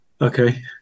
Okay